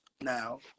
Now